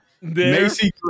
Macy